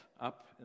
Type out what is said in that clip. up